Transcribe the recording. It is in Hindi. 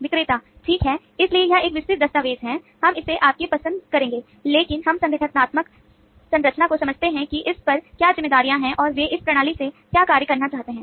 विक्रेता ठीक है इसलिए यह एक विस्तृत दस्तावेज़ है हम इसे आपसे पसंद करेंगे लेकिन हम संगठनात्मक संरचना को समझते हैं कि इस पर क्या जिम्मेदारियां हैं और वे इस प्रणाली से क्या कार्य करना चाहते हैं